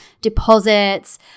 deposits